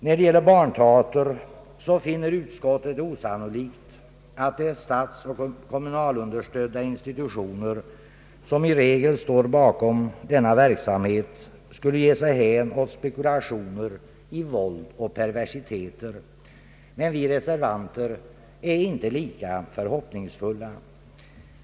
När det gäller barnteater finner utskottet det osannolikt, att de statsoch kommunalunderställda institutioner, som i regel står bakom denna verksamhet skulle ge sig hän åt spekulationer i våld och perversiteter. Vi reservanter är inte lika förhoppningsfulla.